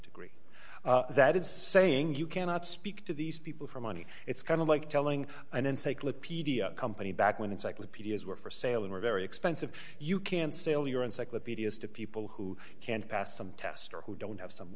degree that is saying you cannot speak to these people for money it's kind of like telling an encyclopedia company back when encyclopedias were for sale and were very expensive you can't sell your encyclopedias to people who can't pass some test or who don't have some